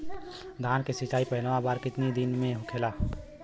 धान के सिचाई पहिला बार कितना दिन पे होखेला?